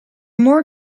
more